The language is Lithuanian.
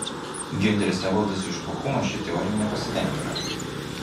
giunteris evaldas iš bochumo šia teorija nepasitenkina